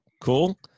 cool